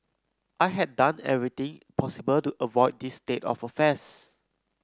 I had done everything possible to avoid this state of affairs